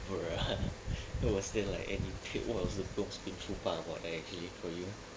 alright that was still like eh what was the most painful part eh actually for you